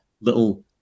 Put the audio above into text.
little